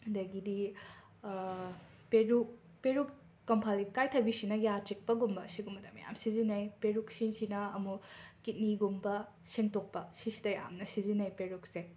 ꯑꯗꯒꯤꯗꯤ ꯄꯦꯔꯨꯛ ꯄꯦꯔꯨꯛ ꯀꯪꯐꯥꯜ ꯏꯀꯥꯏꯊꯕꯤꯁꯤꯅ ꯌꯥ ꯆꯤꯛꯄꯒꯨꯝꯕ ꯑꯁꯤꯒꯨꯝꯕꯗ ꯃꯌꯥꯝ ꯁꯤꯖꯤꯟꯅꯩ ꯄꯦꯔꯨꯛ ꯁꯤꯁꯤꯅ ꯑꯃꯨꯛ ꯀꯤꯠꯅꯤꯒꯨꯝꯕ ꯁꯦꯡꯗꯣꯛꯄ ꯁꯤꯁꯤꯗ ꯌꯥꯝꯅ ꯁꯤꯖꯤꯟꯅꯩ ꯄꯦꯔꯨꯛꯁꯦ